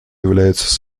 является